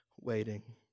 waiting